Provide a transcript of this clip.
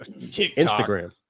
Instagram